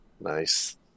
Nice